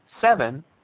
Seven